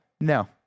No